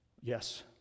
Yes